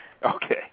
Okay